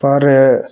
ਪਰ